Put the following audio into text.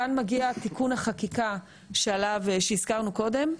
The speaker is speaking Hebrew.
כאן מגיע תיקון החקיקה שהזכרנו קודם.